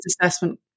assessment